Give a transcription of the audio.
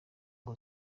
ngo